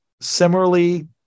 similarly